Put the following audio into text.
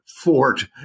Fort